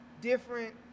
different